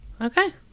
Okay